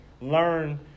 learn